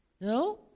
No